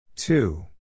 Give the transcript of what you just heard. Two